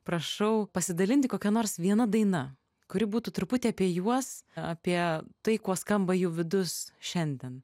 prašau pasidalinti kokia nors viena daina kuri būtų truputį apie juos apie tai kuo skamba jų vidus šiandien